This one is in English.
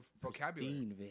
vocabulary